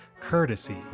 Courtesy